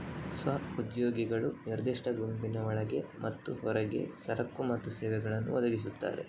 ಸ್ವ ಉದ್ಯೋಗಿಗಳು ನಿರ್ದಿಷ್ಟ ಗುಂಪಿನ ಒಳಗೆ ಮತ್ತು ಹೊರಗೆ ಸರಕು ಮತ್ತು ಸೇವೆಗಳನ್ನು ಒದಗಿಸ್ತಾರೆ